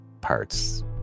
parts